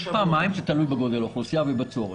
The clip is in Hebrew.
פעמיים בשבוע, זה תלוי בגודל האוכלוסייה ובצורך.